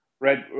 Red